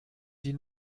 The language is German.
die